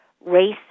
race